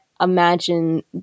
imagine